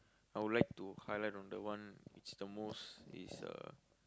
I would like to highlight on the one which the most which is uh